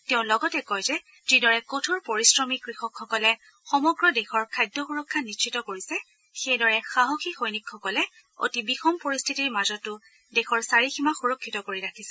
তেওঁ লগতে কয় যে যিদৰে কঠোৰ পৰিশ্ৰমী কৃষকসকলে সমগ্ৰ দেশৰ বাবে খাদ্য সূৰক্ষা নিশ্চিত কৰিছে সেইদৰে সাহসী সৈনিকসকলে অতি বিষম পৰিস্থিতিৰ মাজতো দেশৰ চাৰিসীমা সূৰক্ষিত কৰি ৰাখিছে